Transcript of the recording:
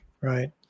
Right